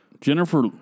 Jennifer